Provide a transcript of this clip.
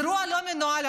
האירוע לא מנוהל.